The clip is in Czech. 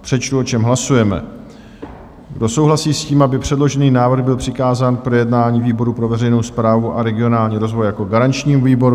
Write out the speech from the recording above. Přečtu, o čem hlasujeme: Kdo souhlasí s tím, aby předložený návrh byl přikázán k projednání výboru pro veřejnou správu a regionální rozvoj jako garančnímu výboru?